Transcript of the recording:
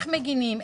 איך מגינים,